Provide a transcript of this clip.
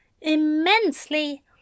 immensely